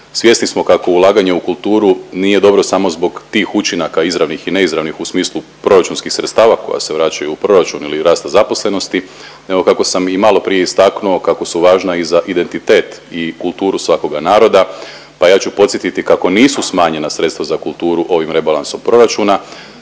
svjesni smo kako ulaganje u kulturu nije dobro samo zbog tih učinaka izravnih i neizravnih u smislu proračunskih sredstava koja se vraćaju u proračun ili rasta zaposlenosti nego kako sam i maloprije istaknuo kako su važna i za identitet i kulturu svakoga naroda, pa ja ću podsjetiti kako nisu smanjena sredstava za kulturu ovim rebalansom proračuna